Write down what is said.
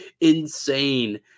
insane